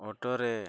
auto